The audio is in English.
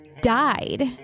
died